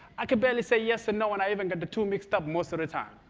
i could barely say yes and no, and i even got the two mixed up most of the time.